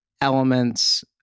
elements